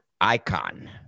Icon